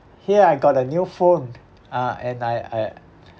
here I got a new phone uh and I I